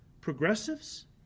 Progressives